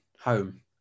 home